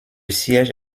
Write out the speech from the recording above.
siège